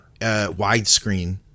widescreen